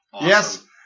Yes